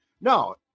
No